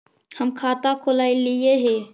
हम खाता खोलैलिये हे?